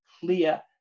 clear